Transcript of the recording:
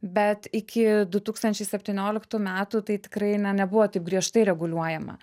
bet iki du tūkstančiai septynioliktų metų tai tikrai ne nebuvo taip griežtai reguliuojama